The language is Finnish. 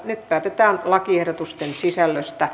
nyt päätetään lakiehdotusten sisällöstä